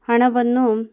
ಹಣವನ್ನು